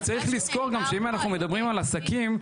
וצריך לזכור גם שאם אנחנו מדברים על עסקים,